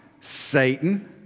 Satan